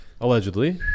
Allegedly